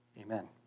Amen